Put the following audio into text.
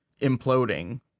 imploding